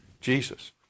Jesus